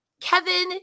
Kevin